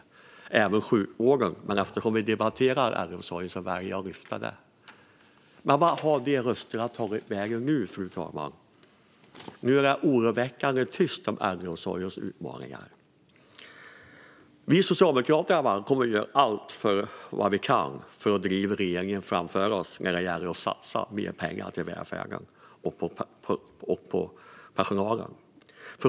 Det fick även sjukvården, men eftersom vi debatterar äldreomsorgen väljer jag att lyfta fram den. Vart har dessa röster tagit vägen nu, fru talman? Nu är det oroväckande tyst om äldreomsorgens utmaningar. Vi socialdemokrater kommer att göra allt vi kan för att driva regeringen framför oss när det gäller att satsa mer pengar på välfärden och på personalen.